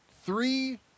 three